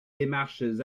démarches